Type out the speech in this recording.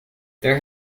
there